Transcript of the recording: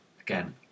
again